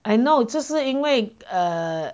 I know 就是因为 err